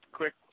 quick